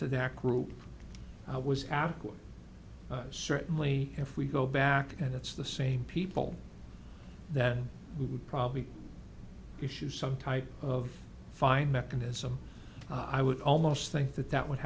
to that group was adequate certainly if we go back and it's the same people that we would probably issue some type of fine mechanism i would almost think that that would